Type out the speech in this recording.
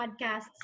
podcast's